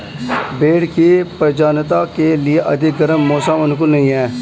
भेंड़ की प्रजननता के लिए अधिक गर्म मौसम अनुकूल नहीं है